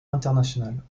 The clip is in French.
internationales